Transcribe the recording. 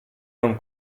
non